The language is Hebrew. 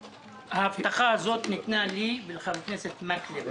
--- ההבטחה הזו ניתנה לי ולחבר הכנסת מקלב אתמול.